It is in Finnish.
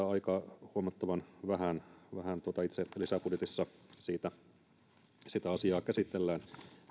aika huomattavan vähän itse lisäbudjetissa sitä asiaa käsitellään